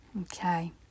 Okay